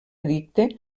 edicte